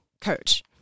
coach